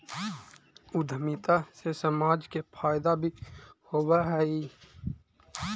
उद्यमिता से समाज के फायदा भी होवऽ हई